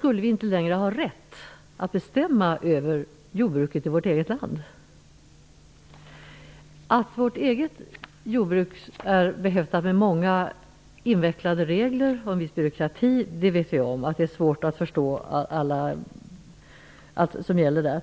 kommer vi inte längre att ha rätt att bestämma över jordbruket i vårt eget land. Vi vet att vårt eget jordbruk är behäftat med många invecklade regler och en viss byråkrati, och det är svårt att förstå allt som gäller.